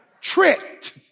tricked